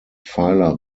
pfeiler